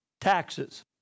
taxes